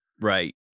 Right